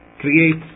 creates